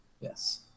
Yes